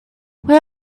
where